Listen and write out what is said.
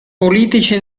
politici